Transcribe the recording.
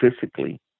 physically